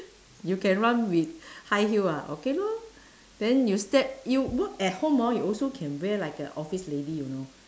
you can run with high heel ah okay lor then you step you work at home hor you also can wear like a office lady you know